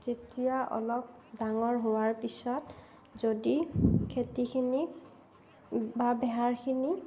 যেতিয়া অলপ ডাঙৰ হোৱাৰ পিছত যদি খেতিখিনি বা বেহাৰখিনি